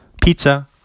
Pizza